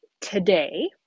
today